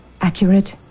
accurate